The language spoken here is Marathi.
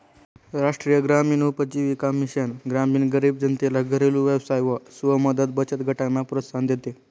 राष्ट्रीय ग्रामीण उपजीविका मिशन ग्रामीण गरीब जनतेला घरेलु व्यवसाय व स्व मदत बचत गटांना प्रोत्साहन देते